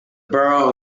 borough